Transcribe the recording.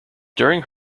during